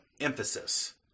Emphasis